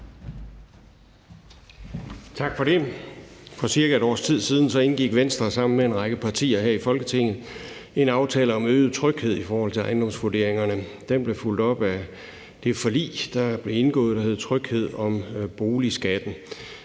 Tak for det. For cirka et års tid siden indgik Venstre sammen med en række partier her i Folketinget en aftale om øget tryghed i forhold til ejendomsvurderingerne. Den blev fulgt op af det forlig, der blev indgået, der hed tryghed om boligskatten,